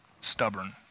stubborn